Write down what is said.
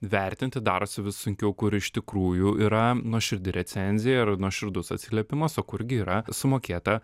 vertinti darosi vis sunkiau kur iš tikrųjų yra nuoširdi recenzija ir nuoširdus atsiliepimas o kur gi yra sumokėta